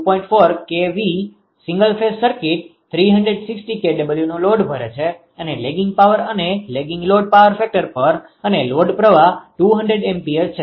4kV single phase circuit 360 kWનો load ભરે છે અને લેગિંગ પાવર અને લેગિંગ લોડ પાવર ફેક્ટર પર અને લોડ પ્રવાહ 200 એમ્પીયર છે